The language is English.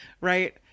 right